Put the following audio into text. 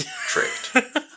tricked